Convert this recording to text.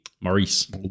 Maurice